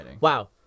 Wow